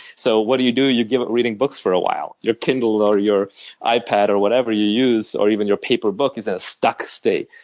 so what do you do? you give up reading books for awhile. your kindle or your ipad or whatever you use or even your paper book is in a stuck state.